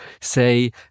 say